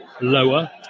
lower